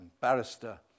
barrister